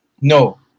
no